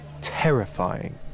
terrifying